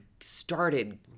started